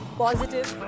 positive